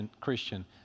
Christian